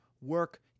work